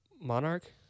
Monarch